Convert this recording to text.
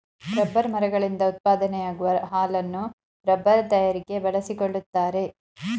rubber ಮರಗಳಿಂದ ಉತ್ಪಾದನೆಯಾಗುವ ಹಾಲನ್ನು ರಬ್ಬರ್ ತಯಾರಿಕೆ ಬಳಸಿಕೊಳ್ಳುತ್ತಾರೆ